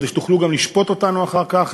כדי שתוכלו גם לשפוט אותנו אחר כך,